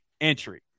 entry